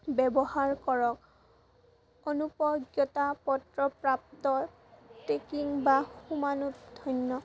ব্যৱহাৰ কৰক অনুজ্ঞা পত্ৰ প্ৰাপ্ত টেকিং বা সুমান